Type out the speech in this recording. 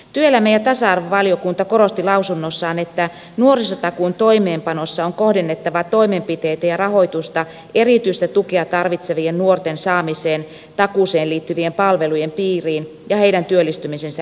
työelämä ja tasa arvovaliokunta korosti lausunnossaan että nuorisotakuun toimeenpanossa on kohdennettava toimenpiteitä ja rahoitusta erityistä tukea tarvitsevien nuorten saamiseen takuuseen liittyvien palvelujen piiriin ja heidän työllistymisensä edistämiseen